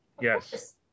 Yes